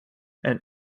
and